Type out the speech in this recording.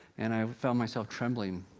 and i found myself trembling,